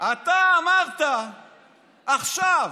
אתה אמרת עכשיו